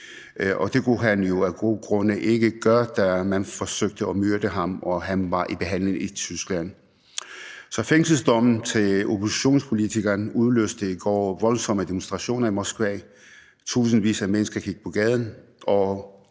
det kunne han jo af gode grunde ikke gøre, da man forsøgte at myrde ham og han var i behandling i Tyskland. Så fængselsdommen til oppositionspolitikeren udløste i går voldsomme demonstrationer i Moskva. Tusindvis af mennesker gik på gaden,